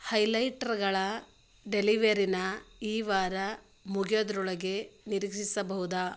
ಹೈಲೈಟ್ರ್ಗಳ ಡೆಲಿವೆರಿನ ಈ ವಾರ ಮುಗಿಯೋದ್ರೊಳಗೆ ನಿರೀಕ್ಷಿಸಬಹುದಾ